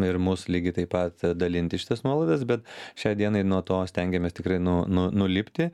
ir mus lygiai taip pat dalinti šitas nuolaidas bet šiai dienai nuo to stengiamės tikrai nu nu nulipti